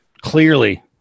clearly